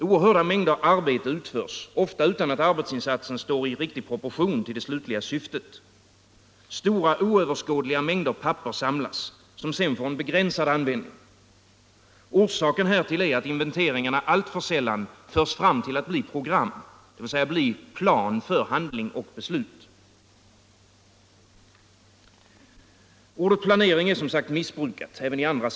Oerhörda mängder arbete utförs, ofta utan att arbetsinsatsen står i proportion till det slutliga syftet. Stora oöverskådliga mängder papper samlas, som sedan får begränsad användning. Orsaken härtill är att inventeringarna alltför sällan förs fram till att bli program, alltså plan för handling och beslut. Ordet planering är, som sagt, missbrukat.